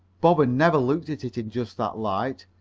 bob had never looked at it in just that light,